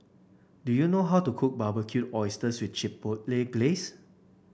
do you know how to cook Barbecued Oysters with Chipotle Glaze